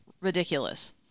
ridiculous